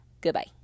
Goodbye